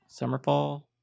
Summerfall